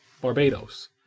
Barbados